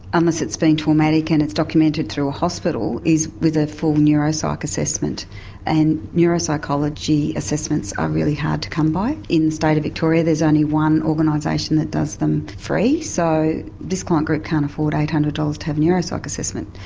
unless it's been traumatic and it's documented through a hospital, is with a full neuropsyche assessment and neuropsychology assessments are really hard to come by. in the state of victoria there's only one organisation that does them free, so this client group can't afford eight hundred dollars to have a neuropsyche assessment,